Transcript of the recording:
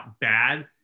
bad